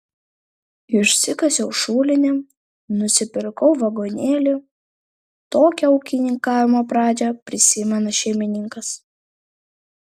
išsikasiau šulinį nusipirkau vagonėlį tokią ūkininkavimo pradžią prisimena šeimininkas